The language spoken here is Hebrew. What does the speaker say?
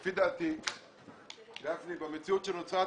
לפי דעתי במציאות שנוצרה,